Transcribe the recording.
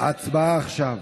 הצבעה עכשיו.